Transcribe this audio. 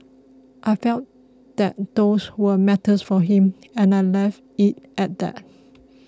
I felt that those were matters for him and I left it at that